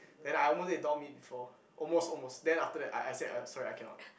then I almost ate dog meat before almost almost then after that I I said I ah sorry I cannot